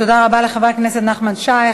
תודה רבה לחבר הכנסת נחמן שי.